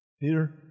Peter